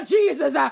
Jesus